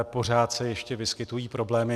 Pořád se ještě vyskytují problémy.